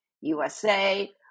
USA